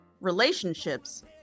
relationships